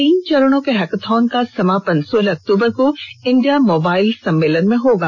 तीन चरणों के हैकेथॉन का समापन सोलह अक्तबर को इंडिया मोबाइल सम्मेलन में होगा